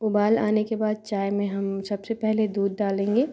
उबाल आने के बाद चाय में हम सबसे पहले दूध डालेंगे